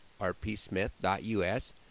rpsmith.us